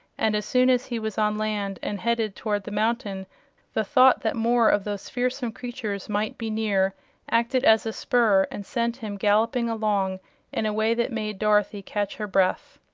and as soon as he was on land and headed toward the mountain the thought that more of those fearsome creatures might be near acted as a spur and sent him galloping along in a way that made dorothy catch her breath.